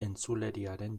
entzuleriaren